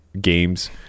games